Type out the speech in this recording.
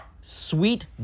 sweet